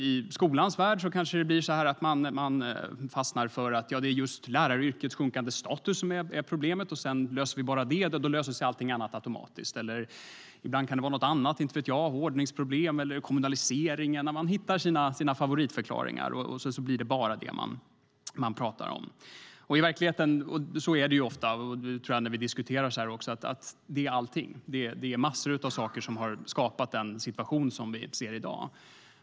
I skolans värld kanske man ofta fastnar för att det är läraryrkets sjunkande status som är problemet. Om man bara löser det löser sig allt annat automatiskt. Det kan också vara något annat som ordningsproblem eller kommunalisering. Man hittar sina favoritförklaringar och pratar bara om det. Jag tror att det är allt detta. Det är massor av saker som har skapat den situation som vi ser i dag.